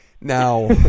Now